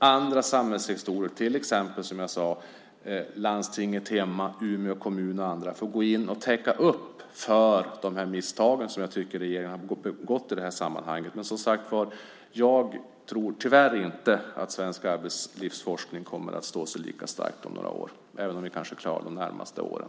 Andra samhällssektorer, till exempel landstinget hemma, Umeå kommun och andra, får gå in och täcka upp för de misstag som regeringen har begått i det här sammanhanget. Jag tror tyvärr inte, som sagt var, att svensk arbetslivsforskning kommer att stå sig lika starkt om några år, även om vi kanske klarar de närmaste åren.